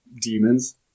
demons